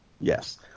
Yes